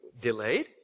delayed